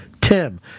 Tim